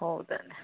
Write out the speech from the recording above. ହଉ ତା'ହେଲେ